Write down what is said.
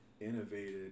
innovated